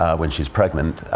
um when she's pregnant,